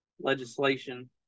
legislation